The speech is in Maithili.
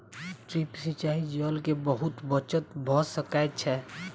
ड्रिप सिचाई से जल के बहुत बचत भ सकै छै